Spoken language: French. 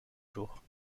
jours